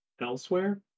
elsewhere